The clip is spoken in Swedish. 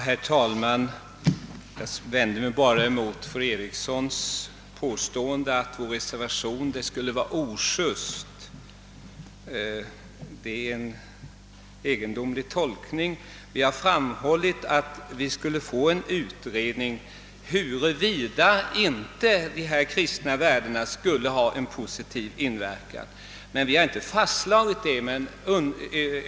Herr talman! Jag vänder mig bara emot fru Erikssons i Stockholm påstående att vår reservation skulle vara ojust. Det är en egendomlig tolkning. Vi har framhållit, att det borde göras en utredning huruvida dessa kristna värden skulle ha en positiv inverkan, men vi har inte fastslagit detta.